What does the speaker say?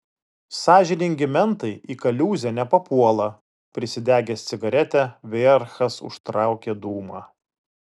sąžiningi mentai į kaliūzę nepapuola prisidegęs cigaretę vierchas užtraukė dūmą